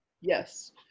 Yes